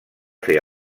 fer